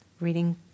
reading